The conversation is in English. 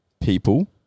people